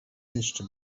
jeszcze